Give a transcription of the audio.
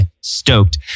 stoked